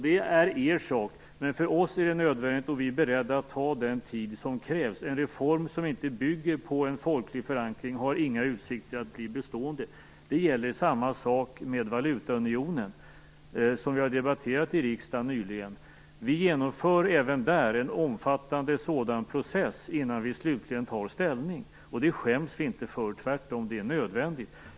Det är er sak, men för oss är det nödvändigt, och vi är beredda att ta den tid som krävs. En reform som inte bygger på en folklig förankring har inga utsikter att bli bestående. Detsamma gäller valutaunionen, som vi nyligen diskuterat i riksdagen. Vi genomför även där en omfattande sådan process innan vi slutligen tar ställning. Det skäms vi inte för. Tvärtom är det nödvändigt.